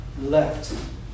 left